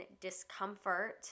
discomfort